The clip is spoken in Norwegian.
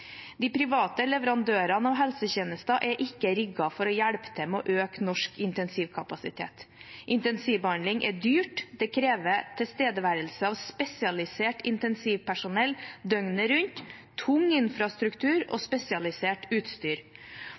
De private leverandørene av helsetjenester er ikke rigget for å hjelpe til med å øke norsk intensivkapasitet. Intensivbehandling er dyrt, det krever tilstedeværelse av spesialisert intensivpersonell døgnet rundt, tung infrastruktur og spesialisert utstyr.